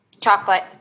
Chocolate